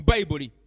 Bible